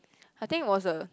I think it was a